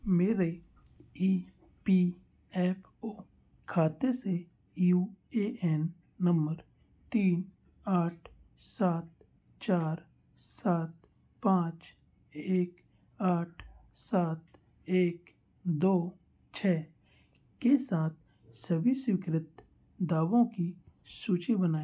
मेरे E P F O खाते से यू ए एन नम्बर तीन आठ सात चार सात पाँच एक आठ सात एक दो छः के साथ सभी स्वीकृत दावों की सूची बनाएँ